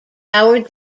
hour